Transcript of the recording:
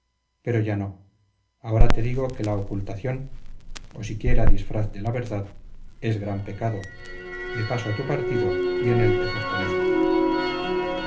pero ya no ahora te digo que la ocultación o siquiera disfraz de la verdad es gran pecado me paso a tu partido y en él te fortalezco